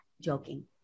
joking